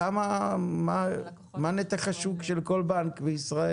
מה נתח השוק של כל בנק בישראל.